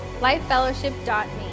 lifefellowship.me